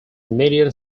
median